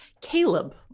Caleb